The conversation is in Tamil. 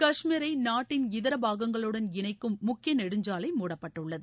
கஷ்மீரை நாட்டின் இதர பாகங்களுடன் இணைக்கும் முக்கிய நெடுஞ்சாலை மூடப்பட்டுள்ளது